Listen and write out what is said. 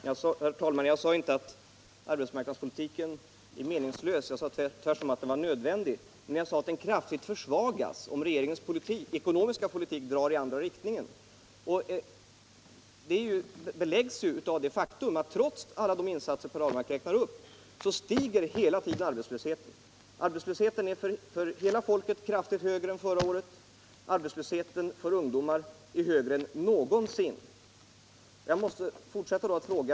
Herr talman! Jag påstod inte att arbetsmarknadspolitiken är meningslös, utan jag sade tvärtom att den är nödvändig, men jag sade att den kraftigt försvagas, om regeringens ekonomiska politik drar i andra riktningen. Detta beläggs av det faktum att trots alla de insatser Per Ahlmark räknar upp arbetslösheten hela tiden stiger. Den är för hela folket mycket högre nu än förra året, och arbetslösheten för ungdomar är nu högre än någonsin. Jag måste fortsätta att fråga.